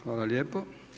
Hvala lijepo.